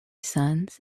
sons